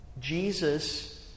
Jesus